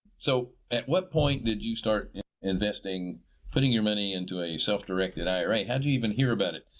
so, at what point did you start investing putting your money into a self-directed ira? how did you even hear about it?